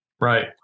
Right